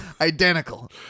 identical